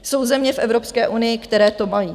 Jsou země v Evropské unii, které to mají.